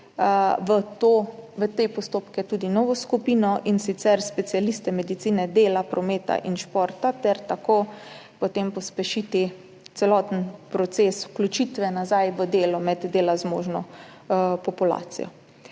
v te postopke tudi novo skupino, in sicer specialiste medicine dela, prometa in športa ter tako potem pospešiti celoten proces vključitve nazaj v delo med dela zmožno populacijo.